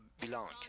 belong